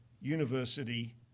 university